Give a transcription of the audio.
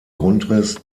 grundriss